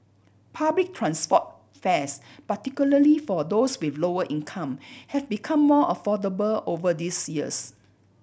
public transport fares particularly for those with lower income have become more affordable over this years